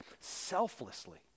selflessly